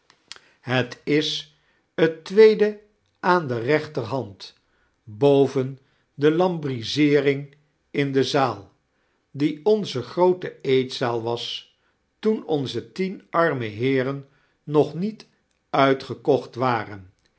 het is t tweede aan de reenter hand boven de lambrizeeriing in de zaal die onze groote eetzaal was toen onze tien arme heeren nog niet uitgekocht waren